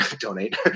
donate